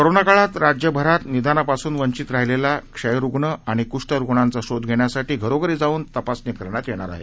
कोरोनाकाळात राज्यभरात निदानापासून वंचित राहिलेल्या क्षयरुग्ण आणि कुष्ठरुग्णांचा शोध घेण्यासाठी घरोघरी जाऊन तपासणी करण्यात येणार आहे